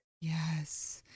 Yes